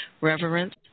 Reverence